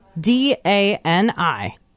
D-A-N-I